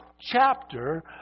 chapter